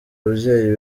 ababyeyi